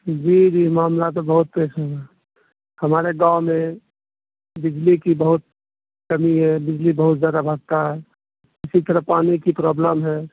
جی جی معاملہ تو بہت پریسان ہے ہمارے گاؤں میں بجلی کی بہت کمی ہے بجلی بہت زیادہ بھاگتا ہے اسی طرح پانی کی پروبلم ہے